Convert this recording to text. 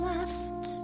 Left